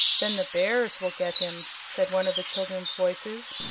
then the bears will get him, said one of the children's voices.